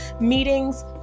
meetings